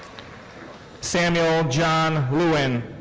samuel john lewin.